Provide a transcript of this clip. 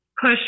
push